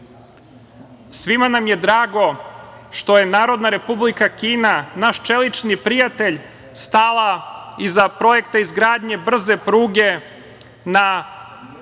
nam je drago što je Narodna Republika Kina naš čelični prijatelj stala iza projekte izgradnje brze pruge, na